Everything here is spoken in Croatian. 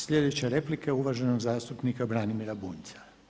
Sljedeća replika uvaženog zastupnika Branimira Bunjca.